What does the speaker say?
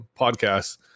podcasts